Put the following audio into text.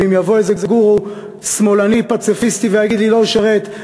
ואם יבוא איזה גורו שמאלני פציפיסטי ויגיד לי לא לשרת,